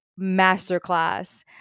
masterclass